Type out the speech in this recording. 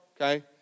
okay